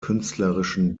künstlerischen